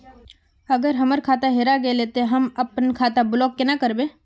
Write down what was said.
अगर हमर खाता हेरा गेले ते हम अपन खाता ब्लॉक केना करबे?